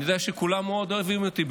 אני יודע שכולם מאוד אוהבים אותי,